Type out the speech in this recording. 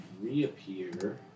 reappear